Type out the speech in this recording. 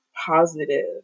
positive